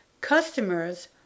customers